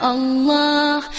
Allah